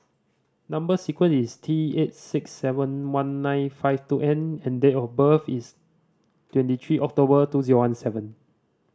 number sequence is T eight six seven one nine five two N and date of birth is twenty three October two zero one seven